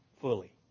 fully